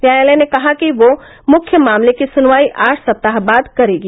न्यायालय ने कहा कि वह मुख्य मामले की सुनवाई आठ सप्ताह बाद करेगी